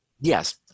Yes